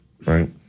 right